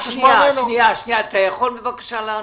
אתה יכול בבקשה לענות?